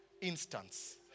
instance